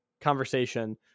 conversation